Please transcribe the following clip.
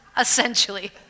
Essentially